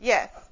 Yes